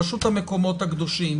הרשות למקומות הקדושים.